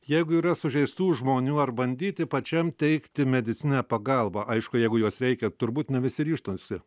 jeigu yra sužeistų žmonių ar bandyti pačiam teikti medicininę pagalbą aišku jeigu jos reikia turbūt ne visi ryžtųsi